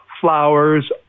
flowers